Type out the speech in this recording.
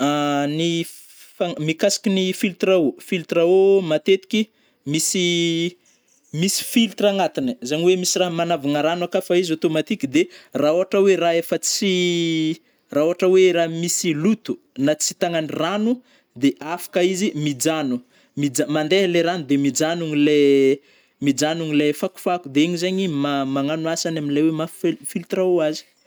Ny f fan mikasiky ny filtre eau- filtre eau matetiky misy misy filtre agnatiny ai, zany oe misy rah manavagna rano akao fa izy automatiky de rah ôhatra oe rah efa tsy rah ôhatra oe rah misy loto na tsitagna ny rano de afka izy mijano, mijano - mandeha le rano de mijanogno le- mijanogno le fakofako de igny zegny ma magnano asany amle maha fe - filtre eau azy.